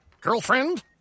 Girlfriend